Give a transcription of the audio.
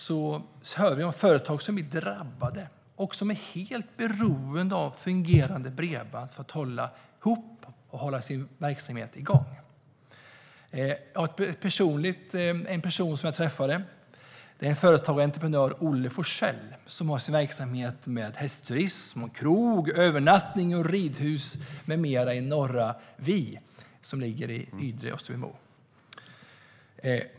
Vi hör om företag som blir drabbade och som är helt beroende av fungerande bredband för att kunna hålla sin verksamhet igång. Jag träffade företagaren och entreprenören Olle Forsell, som har sin verksamhet med hästturism, krog, övernattning, ridhus med mera i Norra Vi, som ligger i Ydre.